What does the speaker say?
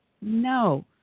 No